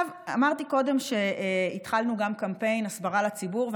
אמרתי קודם שהתחלנו גם קמפיין הסברה לציבור,